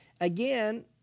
again